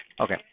Okay